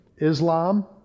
Islam